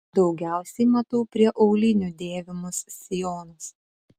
daugiausiai matau prie aulinių dėvimus sijonus